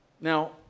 Now